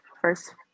first